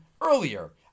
earlier